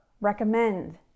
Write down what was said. recommend